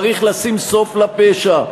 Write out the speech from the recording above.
צריך לשים סוף לפשע,